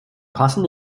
passen